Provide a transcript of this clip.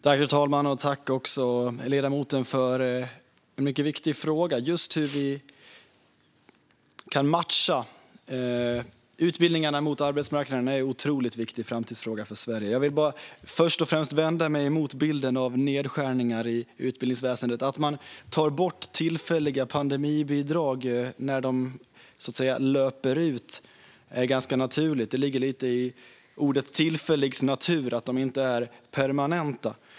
Herr talman! Jag tackar ledamoten för en mycket viktig fråga. Hur vi kan matcha utbildningarna mot arbetsmarknaden är en otroligt viktig framtidsfråga för Sverige. Jag vill först och främst vända mig mot bilden av nedskärningar i utbildningsväsendet. Att man tar bort tillfälliga pandemibidrag när de löper ut är ganska naturligt. Det ligger lite i naturen hos ordet "tillfällig" att de inte är permanenta.